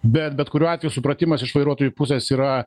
bet bet kuriuo atveju supratimas iš vairuotojų pusės yra